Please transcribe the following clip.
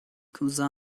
cousin